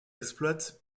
exploite